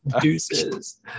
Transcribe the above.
Deuces